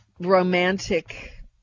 romantic